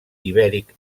ibèric